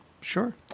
Sure